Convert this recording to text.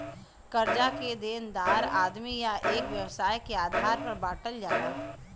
कर्जा के देनदार आदमी या एक व्यवसाय के आधार पर बांटल जाला